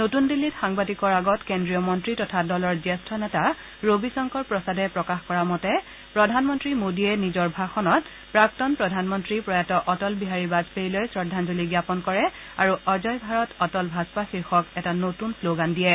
নতুন দিল্লীত সাংবাদিকৰ আগত কেন্দ্ৰীয় মন্তী তথা দলৰ জ্যেষ্ঠ নেতা ৰবি শংকৰ প্ৰসাদে প্ৰকাশ কৰা মতে প্ৰধানমন্তী মোদীয়ে নিজৰ ভাষণত প্ৰাক্তন প্ৰধানমন্ত্ৰী প্ৰয়াত অটল বিহাৰী বাজপেয়ীলৈ শ্ৰদাঞ্জলি জ্ঞাপন কৰে আৰু অজয় ভাৰত অটল ভাজপা শীৰ্ষক এটা নতুন শ্ন গান দিয়ে